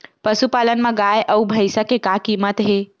पशुपालन मा गाय अउ भंइसा के का कीमत हे?